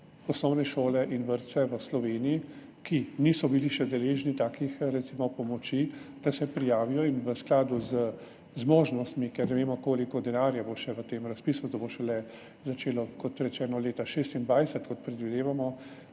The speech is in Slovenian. osnovne šole in vrtce v Sloveniji, ki še niso bili deležni recimo takih pomoči, da se prijavijo in v skladu z zmožnostmi, ker ne vemo, koliko denarja bo še v tem razpisu, to se bo šele začelo, kot rečeno, leta 2026, kot predvidevamo,